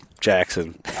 Jackson